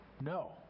No